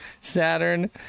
Saturn